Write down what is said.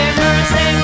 mercy